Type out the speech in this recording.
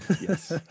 yes